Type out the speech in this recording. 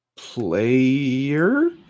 Player